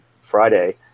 Friday